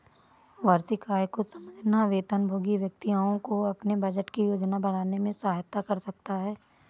वार्षिक आय को समझना वेतनभोगी व्यक्तियों को अपने बजट की योजना बनाने में सहायता कर सकता है